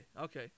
Okay